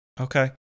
Okay